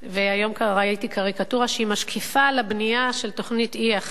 והיום ראיתי קריקטורה שהיא משקיפה על הבנייה של תוכנית E1,